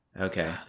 Okay